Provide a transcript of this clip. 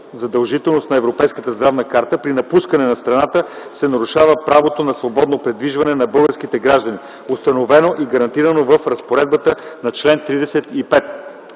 задължителност на Европейската здравна карта при напускане на страната се нарушава правото на свободно придвижване на българските граждани, установено и гарантирано в разпоредбата на чл. 35